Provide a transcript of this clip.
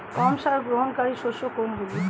কম সার গ্রহণকারী শস্য কোনগুলি?